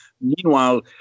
Meanwhile